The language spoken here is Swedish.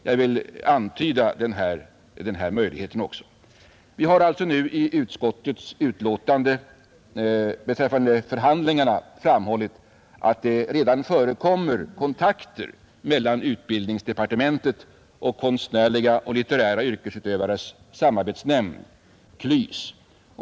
Jag vill antyda också den här möjligheten. Vi har alltså nu i utskottets betänkande beträffande förhandlingarna framhållit, att det redan förekommer kontakter mellan utbildningsdepartementet och Konstnärliga och litterära yrkesutövares samarbetsnämnd, KLYS.